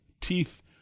Teeth